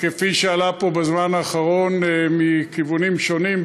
כפי שעלה פה בזמן האחרון מכיוונים שונים,